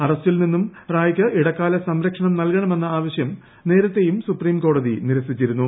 അറസ്റ്റിൽ നിന്നും റായ്ക്ക് ഇടക്കാല സംരക്ഷണം നൽകണമെന്ന ആവശ്യം നേരത്തെയും സുപ്രീം കോടതി നിരസിച്ചിരുന്നു